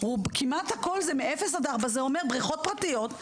זה אומר בריכות פרטיות.